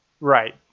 Right